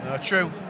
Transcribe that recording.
True